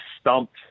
stumped